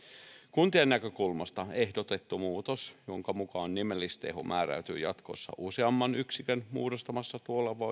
kuntien näkökulmasta ehdotettu muutos jonka mukaan nimellisteho määräytyy jatkossa useamman yksikön muodostamassa